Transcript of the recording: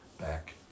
back